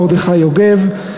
מרדכי יוגב,